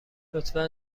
لطفا